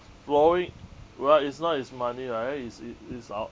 flowing well it's not his money right is it is our